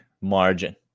margin